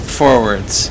forwards